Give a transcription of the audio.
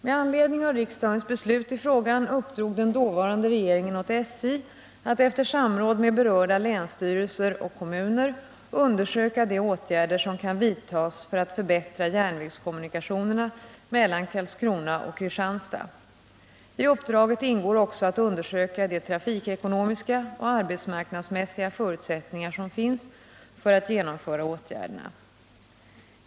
Med anledning av riksdagens beslut i frågan uppdrog den dåvarande regeringen åt SJ att efter samråd med berörda länsstyrelser och kommuner undersöka de åtgärder som kan vidtas för att förbättra järnvägskommunikationerna mellan Karlskrona och Kristianstad. I uppdraget ingår också att undersöka de trafikekonomiska och arbetsmarknadsmässiga förutsättningar som finns för att genomföra åtgärderna.